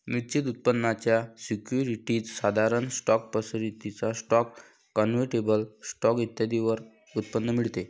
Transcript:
निश्चित उत्पन्नाच्या सिक्युरिटीज, साधारण स्टॉक, पसंतीचा स्टॉक, कन्व्हर्टिबल स्टॉक इत्यादींवर उत्पन्न मिळते